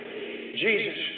Jesus